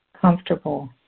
comfortable